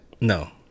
no